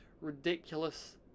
ridiculous